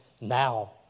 now